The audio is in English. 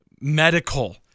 medical